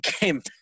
game